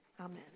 Amen